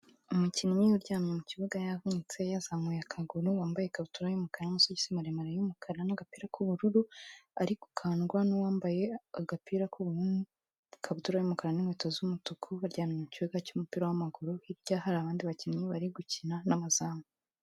Umukinnyi uryamye mu kibuga yavunitse, yazamuye akaguru, wambaye ikabutura y'umukara n'amasogisi maremare y'umukara, n'agapira k'ubururu, ari gukandwa n'uwambaye agapira k'ubururu, ikabutura y'umukara n'inkweto z'umutuku, baryamye mu kibuga cy'umupira w'amaguru. Hirya hari abandi bakinnyi bari gukina, n'amazamu.